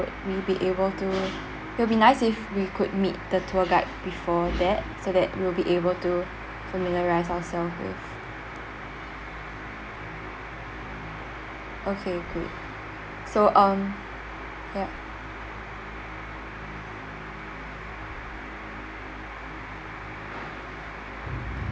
would we be able to will be nice if could meet the tour guide before that so that we'll be able to familiarize ourselves with okay great so um ya uh out